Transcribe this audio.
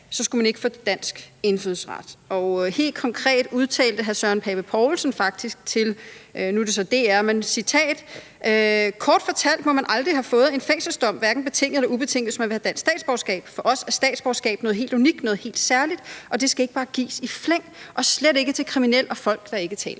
skulle man ikke kunne få dansk indfødsret. Helt konkret udtalte hr. Søren Pape Poulsen faktisk til DR: »Kort fortalt må man aldrig have fået en fængselsdom – hverken betinget eller ubetinget, hvis man vil have dansk statsborgerskab ... For os er et statsborgerskab noget helt unikt, noget helt særligt, og det skal ikke bare gives i flæng. Og slet ikke til kriminelle og folk, der ikke taler